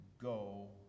go